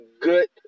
good